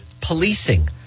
policing